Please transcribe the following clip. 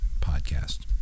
podcast